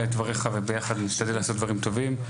את דבריך וביחד נשתדל לעשות דברים טובים,